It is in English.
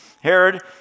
Herod